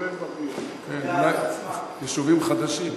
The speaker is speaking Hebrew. כולל ------ יישובים חדשים,